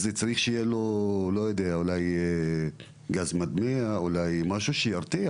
לכן הוא צריך שיהיה לו גז מדמיע או משהו שירתיע